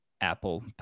Apple